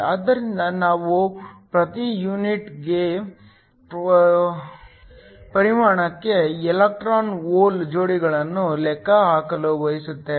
ಆದ್ದರಿಂದ ನಾವು ಪ್ರತಿ ಯೂನಿಟ್ ಪರಿಮಾಣಕ್ಕೆ ಎಲೆಕ್ಟ್ರಾನ್ ಹೋಲ್ ಜೋಡಿಗಳನ್ನು ಲೆಕ್ಕ ಹಾಕಲು ಬಯಸುತ್ತೇವೆ